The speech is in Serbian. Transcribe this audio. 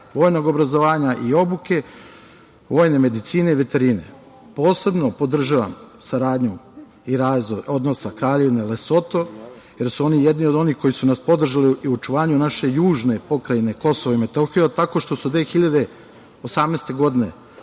vojnog obrazovanja i obuke, vojne medicine i veterine. Posebno podržavam saradnju i razvoj odnosa Kraljevine Lesoto, jer su oni jedni od onih koji su nas podržali i u očuvanju naše južne pokrajine Kosovo i Metohija, tako što su 2018. godine